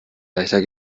leichter